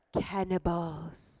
cannibals